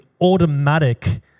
automatic